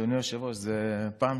תודה רבה.